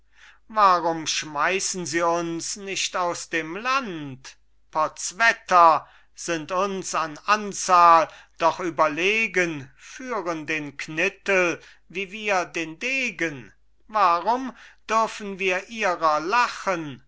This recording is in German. warum schmeißen sie uns nicht aus dem land potz wetter sind uns an anzahl doch überlegen führen den knittel wie wir den degen warum dürfen wir ihrer lachen